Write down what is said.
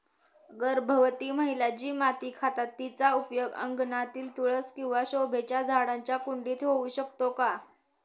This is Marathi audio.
गर्भवती महिला जी माती खातात तिचा उपयोग अंगणातील तुळस किंवा शोभेच्या झाडांच्या कुंडीत होऊ शकतो का?